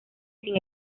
sin